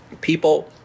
People